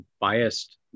biased